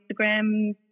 Instagram